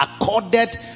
accorded